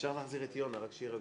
אפשר להחזיר את יונה, רק שיהיה רגוע.